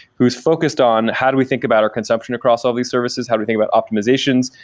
who's focused on how do we think about our consumption across all the services, how do we think about optimizations,